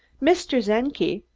mr. czenki,